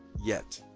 yet.